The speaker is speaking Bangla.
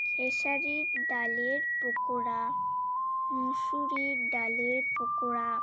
খেসারির ডালের পকোড়া মুসুর ডালের পকোড়া